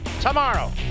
tomorrow